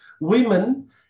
women